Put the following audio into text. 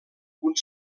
punt